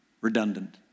redundant